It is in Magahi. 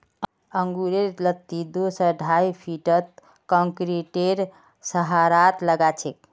अंगूरेर लत्ती दो स ढाई फीटत कंक्रीटेर सहारात लगाछेक